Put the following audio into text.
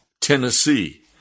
Tennessee